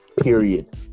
period